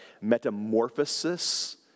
metamorphosis